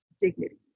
dignity